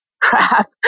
crap